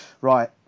Right